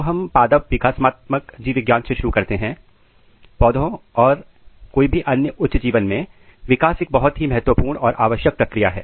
तो हम पादप विकासात्मक जीवविज्ञान से शुरू करते हैं पौधों और कोई भी अन्य उच्च जीवन में विकास बहुत ही महत्वपूर्ण और आवश्यक प्रक्रिया है